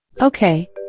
Okay